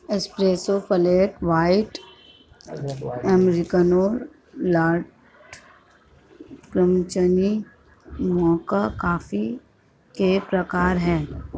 espresso, flat white, americano, latte, cappuccino, mocha coffee के प्रकार हैं